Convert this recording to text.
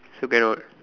so cannot